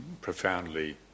profoundly